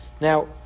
Now